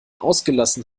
ausgelassen